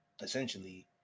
essentially